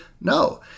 No